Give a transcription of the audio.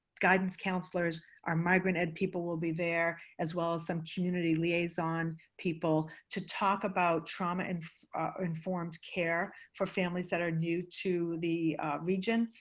guidance counselors, our migrant ed people will be there, as well as some community liaison people to talk about trauma and informed care for families that are new to the region,